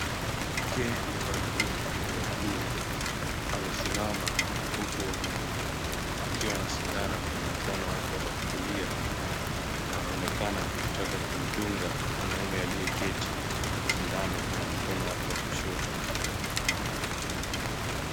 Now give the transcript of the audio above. Mwanamke amevalia nguo ya buluu. Amesimama huku anamhudumia akiwa na sindano kwenye mkono wake wa kulia, na anaonekana kutaka kumdunga mwanaume aliyeketi sindano, kwenye mkono wake wa kushoto.